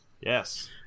yes